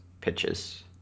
pitches